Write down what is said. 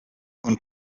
und